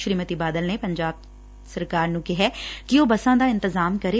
ਸ਼੍ਰੀਮਤੀ ਬਾਦਲ ਨੇ ਪੰਜਾਬ ਸਰਕਾਰ ਨੂੰ ਕਿਹਾ ਹੈ ਕਿ ਉਹ ਬੱਸਾਂ ਦਾ ਇੰਤਜ਼ਾਮ ਕਰੇ